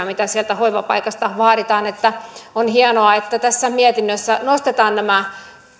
mitä siltä hoivapaikalta vaaditaan ovat erilaisia on hienoa että tässä mietinnössä nostetaan nämä